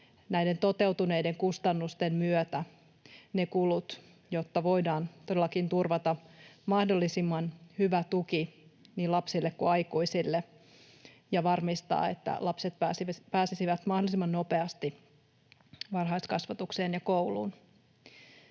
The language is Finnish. toteutuneiden kustannusten myötä ne kulut, jotta voidaan todellakin turvata mahdollisimman hyvä tuki niin lapsille kuin aikuisille ja varmistaa, että lapset pääsisivät mahdollisimman nopeasti varhaiskasvatukseen ja kouluun.